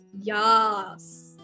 yes